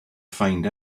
find